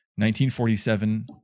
1947